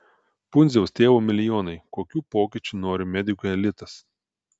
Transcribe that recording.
pundziaus tėvo milijonai kokių pokyčių nori medikų elitas